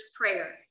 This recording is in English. prayer